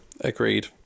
agreed